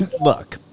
look